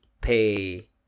pay